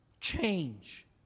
Change